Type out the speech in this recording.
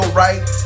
right